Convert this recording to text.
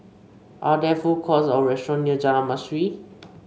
are there food courts or restaurant near Jalan Mastuli